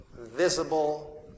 visible